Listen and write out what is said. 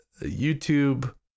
youtube